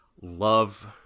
love